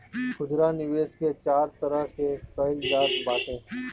खुदरा निवेश के चार तरह से कईल जात बाटे